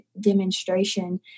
demonstration